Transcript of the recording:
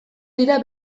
dira